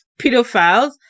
pedophiles